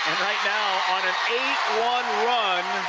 right now on an eight one run